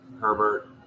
Herbert